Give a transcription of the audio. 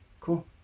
cool